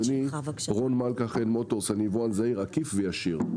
רון מלכה, חן מוטורוס, אני יבואן זעיר עקיף וישיר.